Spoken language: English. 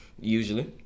Usually